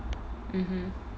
mmhmm